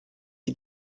die